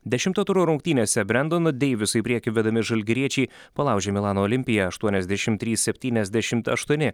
dešimto turo rungtynėse brendono deiviso į priekį vedami žalgiriečiai palaužė milano olimpiją aštuoniasdešimt trys septyniasdešimt aštuoni